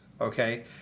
Okay